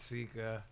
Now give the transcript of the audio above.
Sika